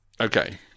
Okay